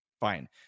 fine